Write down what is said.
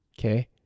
Okay